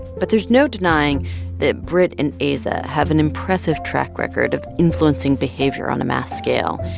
but there's no denying that britt and aza have an impressive track record of influencing behavior on a mass scale.